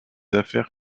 affaires